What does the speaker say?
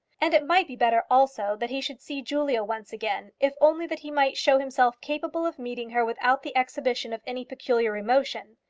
and it might be better, also, that he should see julia once again, if only that he might show himself capable of meeting her without the exhibition of any peculiar emotion.